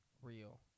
real